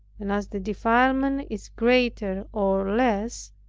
and as the defilement is greater or less,